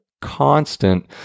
constant